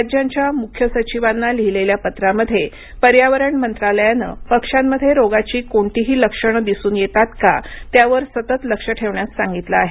राज्यांच्या मुख्य सचिवांना लिहिलेल्या पत्रामध्ये पर्यावरण मंत्रालयाने पक्ष्यांमध्ये रोगाची कोणतीही लक्षणे दिसून येतात का त्यावर सतत लक्ष ठेवण्यास सांगितलं आहे